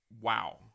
wow